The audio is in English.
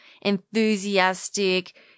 enthusiastic